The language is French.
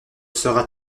sera